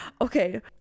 okay